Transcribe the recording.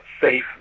safe